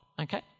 Okay